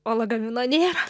o lagamino nėra